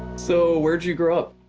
so where'd you grow up?